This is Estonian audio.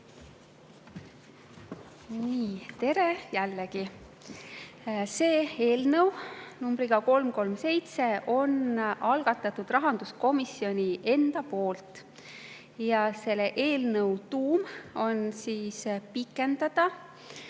Tere jällegi! See eelnõu, numbriga 337, on algatatud rahanduskomisjoni enda poolt. Selle eelnõu tuum on pikendada